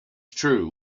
true